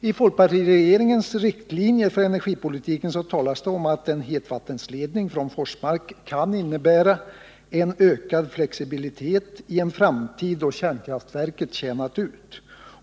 I folkpartiregeringens riktlinjer för energipolitiken talas det om att en hetvattenledning från Forsmark kan innebära en ökning av flexibiliteten i en framtid då kärnkraftverket tjänat ut.